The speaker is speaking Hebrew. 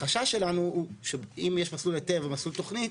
החשש שלנו הוא שאם יש מסלול היתר ומסלול תוכנית,